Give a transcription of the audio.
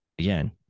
Again